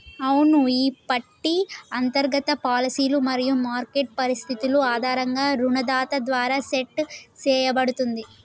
అవును ఈ పట్టి అంతర్గత పాలసీలు మరియు మార్కెట్ పరిస్థితులు ఆధారంగా రుణదాత ద్వారా సెట్ సేయబడుతుంది